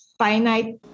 finite